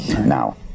now